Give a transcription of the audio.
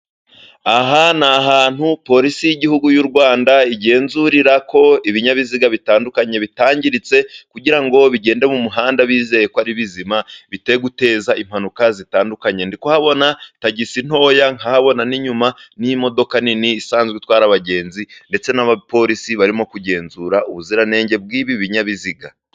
Aha ni ahantu polisi y'igihugu y'u Rwanda, igenzurira ko ibinyabiziga bitandukanye bitangiritse, kugira ngo bigende mu muhanda bizeye ko ari bizima bye guteza impanuka zitandukanye. Ndi kuhabona tagisi ntoya, nkahabona n'inyuma n'imodoka nini isanzwe itwara abagenzi, ndetse n'abapolisi barimo kugenzura ubuziranenge bw'ibi binyabiziga.